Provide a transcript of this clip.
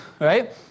right